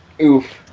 Oof